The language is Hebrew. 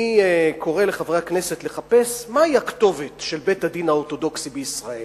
אני קורא לחברי הכנסת לחפש מהי הכתובת של בית-הדין האורתודוקסי בישראל,